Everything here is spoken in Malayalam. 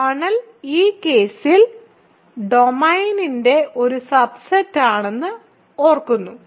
കേർണൽ ഈ കേസിൽ ഡൊമെയ്നിന്റെ ഒരു സബ്സെറ്റാണെന്ന് ഓർക്കുന്നു